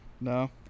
No